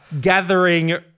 gathering